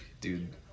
dude